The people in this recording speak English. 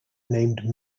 named